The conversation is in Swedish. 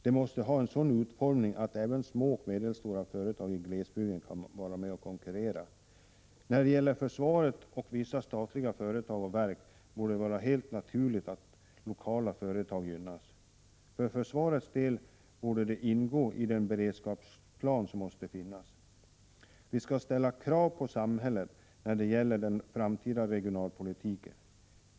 Den måste ha en sådan utformning att även små och medelstora företag i glesbygd kan vara med och konkurrera. När det gäller försvaret och vissa statliga företag och verk bör det vara helt naturligt att lokala företag gynnas. För försvarets del borde de ingå i den beredskapsplan som måste finnas. Vi skall ställa krav på samhället när det gäller den framtida regionalpolitiken.